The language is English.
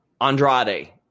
Andrade